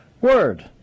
word